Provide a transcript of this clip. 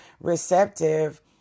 receptive